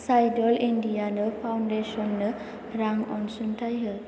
चाइल्डलाइन्ड इण्डियानो फाउन्डेसननो रां अनसुंथाइ हो